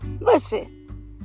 Listen